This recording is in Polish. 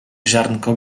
ziarnko